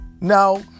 Now